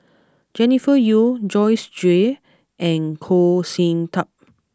Jennifer Yeo Joyce Jue and Goh Sin Tub